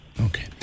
Okay